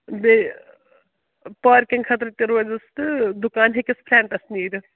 بیٚیہِ پارکِنٛگ خٲطرٕ تہِ روزِس تہٕ دُکان ہیٚکس فرٛینٛٹَس نیٖرِتھ